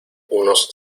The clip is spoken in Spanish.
unos